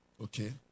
okay